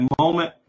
moment